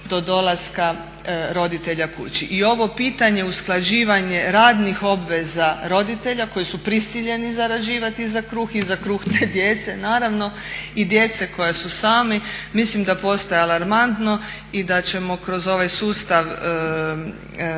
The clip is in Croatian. do dolaska roditelja kući. I ovo pitanje usklađivanje radnih obveza roditelja koji su prisiljeni zarađivati za kruh i za kruh te djece naravno i djece koja su sami, mislim da postaje alarmantno i da ćemo kroz ovaj sustav